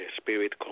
spirit